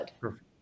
Perfect